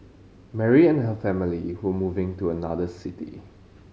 Mary and her family were moving to another city